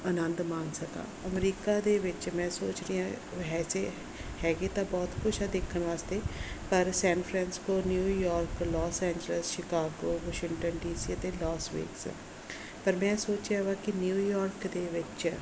ਆਨੰਦ ਮਾਣ ਸਕਾਂ ਅਮਰੀਕਾ ਦੇ ਵਿੱਚ ਮੈਂ ਸੋਚ ਰਹੀ ਆ ਵੈਸੇ ਹੈਗਾ ਤਾਂ ਬਹੁਤ ਕੁਛ ਆ ਦੇਖਣ ਵਾਸਤੇ ਪਰ San Francisco New York Los Angeles Chicago Washington DC ਅਤੇ ਲੋਸਵਿੰਗਸ ਪਰ ਮੈਂ ਸੋਚਿਆ ਵਾ ਕਿ ਨਿਊਯੋਰਕ ਦੇ ਵਿੱਚ